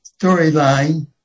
storyline